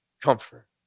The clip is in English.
comfort